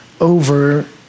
over